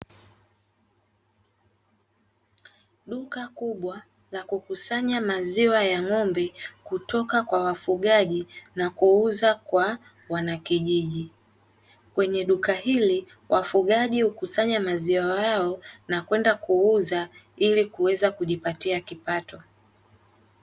Duka kubwa la kukusanya maziwa ya ng'ombe kutoka kwa wafugaji na kuuza kwa wanakijiji, kwenye duka hili wafugaji hukusanya maziwa hayo na kwenda kuuza ili kuweza kujipatia kipato.